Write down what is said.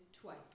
twice